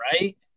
right